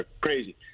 crazy